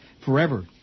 forever